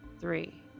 three